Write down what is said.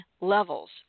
levels